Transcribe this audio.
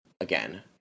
again